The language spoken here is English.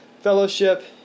fellowship